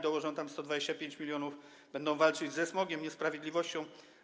Dołożą tam 125 mln, będą walczyć ze smogiem, z niesprawiedliwością.